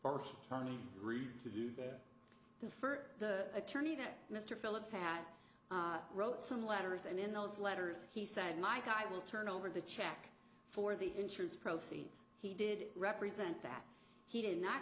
or the fur the attorney that mr phillips had wrote some letters and in those letters he said my guy will turn over the check for the insurance proceeds he did represent that he did not